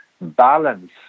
balance